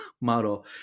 model